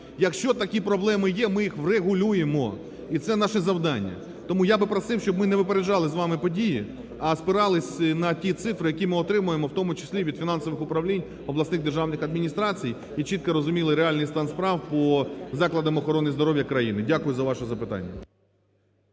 Якщо такі проблеми є, ми їх виправимо – і це є наше завдання. Тому я би просив, щоб мине випереджали з вами події, а спиралися на ті цифри, які ми отримаємо, в тому числі, від фінансових управлінь обласних державних адміністрацій і чітко розуміли реальний стан справ по закладам охорони здоров'я країни. Дякую за ваше запитання.